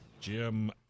Jim